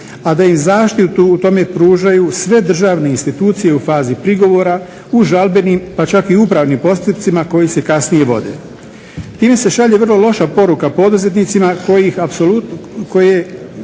a da im zaštitu u tome pružaju sve državne institucije u fazi prigovora u žalbenim pa čak i upravnim postupcima koji se kasnije vode. Time se šalje vrlo loša poruka poduzetnicima kojih